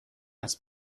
است